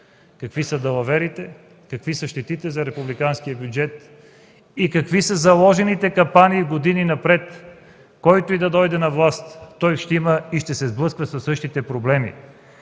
какви са далаверите, какви са щетите за републиканския бюджет и какви са заложените капани за години напред! Който и да дойде на власт, ще се сблъсква със същите проблеми.